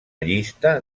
llista